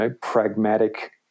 pragmatic